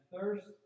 thirst